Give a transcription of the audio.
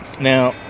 Now